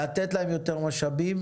לתת להם יותר משאבים,